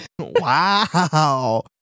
Wow